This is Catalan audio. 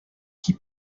qui